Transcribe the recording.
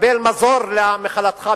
לקבל מזור למחלתך,